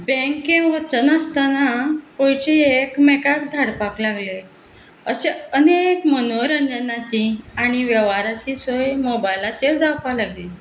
बँके वचनासतना पयशे एकमेकाक धाडपाक लागले अशे अनेक मनोरंजनाची आनी वेव्हाराची सोय मोबायलाचेर जावपा लागली